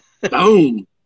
boom